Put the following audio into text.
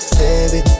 baby